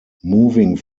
moving